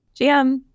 GM